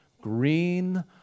green